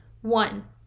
one